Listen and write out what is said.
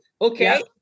okay